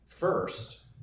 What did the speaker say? First